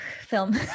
Film